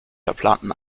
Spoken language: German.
verplanten